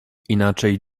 inaczej